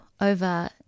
over